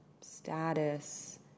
status